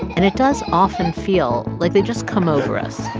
and it does often feel like they just come over us.